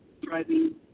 driving